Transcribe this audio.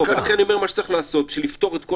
לכן אני אומר: מה שצריך לעשות בשביל לפתור את כל